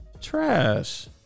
trash